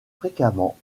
fréquemment